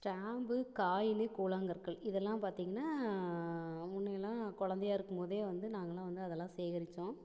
stamp coin கூழாங்கற்கள் இதல்லாம் பார்த்தீங்கன்னா முன்னயெல்லாம் குழந்தையா இருக்கும்போதே வந்து நாங்களாம் வந்து அதலாம் வந்து சேகரித்தோம்